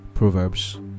Proverbs